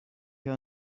you